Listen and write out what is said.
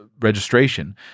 registration